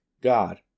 God